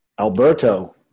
Alberto